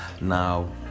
Now